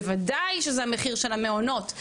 בוודאי שזה המחיר של המעונות,